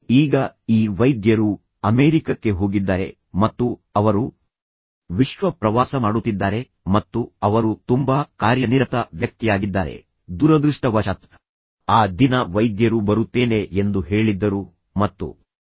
ಈಗ ಈ ವೈದ್ಯರು ಅಮೆರಿಕಕ್ಕೆ ಹೋಗಿದ್ದಾರೆ ಮತ್ತು ನಂತರ ಅವರು ವಿಶ್ವ ಪ್ರವಾಸ ಮಾಡುತ್ತಿದ್ದಾರೆ ಮತ್ತು ಅವರು ತುಂಬಾ ಕಾರ್ಯನಿರತ ವ್ಯಕ್ತಿಯಾಗಿದ್ದಾರೆ ಮತ್ತು ಅವರು ವೈದ್ಯರಿಗಾಗಿ ಕಾಯುತ್ತಿದ್ದರು ದುರದೃಷ್ಟವಶಾತ್ ಆ ದಿನ ವೈದ್ಯರು ಬರುತ್ತೇನೆ ಎಂದು ಹೇಳಿದ್ದರು ಮತ್ತು ನಂತರ ಅವರು ಕೇವಲ ಭರವಸೆಯೊಂದಿಗೆ ವೈದ್ಯರನ್ನು ಕಾಯುತ್ತಿದ್ದಾರೆ